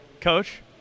Coach